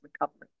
recovery